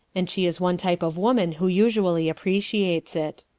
and she is one type of woman who usually appreciates it.